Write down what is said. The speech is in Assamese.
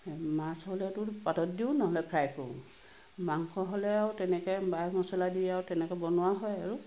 মাছ হ'লেতো পাতত দিওঁ নহ'লে ফ্ৰাই কৰোঁ মাংস হ'লেও তেনেকৈ মা মছলা দি আৰু তেনেকৈ বনোৱা হয় আৰু